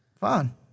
fine